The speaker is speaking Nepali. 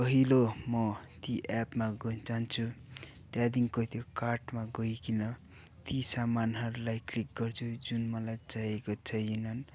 पहिलो म ती एपमा गोइ जान्छु त्यहाँदेखिको त्यो कार्टमा गइकन ती सामानहरूलाई क्लिक गर्छु जुन मलाई चाहिएको छैनन्